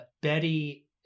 Betty